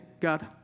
God